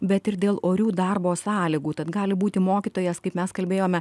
bet ir dėl orių darbo sąlygų tad gali būti mokytojas kaip mes kalbėjome